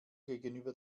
gegenüber